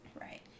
right